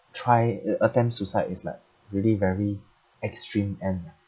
try uh attempt suicide is like really very extreme end ah